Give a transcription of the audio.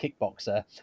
kickboxer